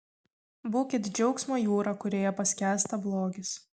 būkit džiaugsmo jūra kurioje paskęsta blogis